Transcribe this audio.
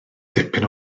dipyn